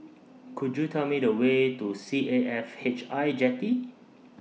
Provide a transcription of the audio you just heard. Could YOU Tell Me The Way to C A F H I Jetty